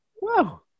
Wow